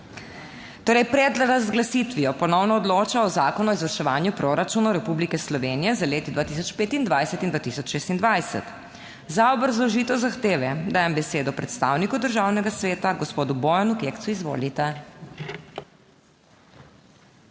Torej pred razglasitvijo ponovno odloča o Zakonu o izvrševanju proračunov Republike Slovenije za leti 2025 in 2026. Za obrazložitev zahteve dajem besedo predstavniku Državnega sveta, gospodu Bojanu Kekcu. Izvolite.